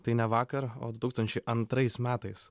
tai ne vakar o du tūkstančiai antrais metais